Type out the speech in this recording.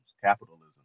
capitalism